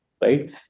right